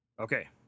okay